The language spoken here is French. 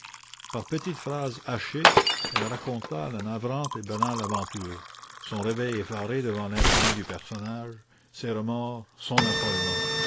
par petites phrases hachées elle raconta la navrante et banale aventure son réveil effaré devant l'infamie du personnage ses remords son affolement